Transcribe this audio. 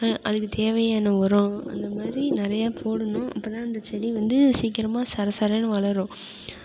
அதுக்கு தேவையான உரம் அந்தமாதிரி நிறையா போடணும் அப்போதா அந்த செடி வந்து சீக்கிரமாக சர சரனு வளரும்